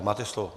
Máte slovo.